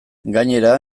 gainera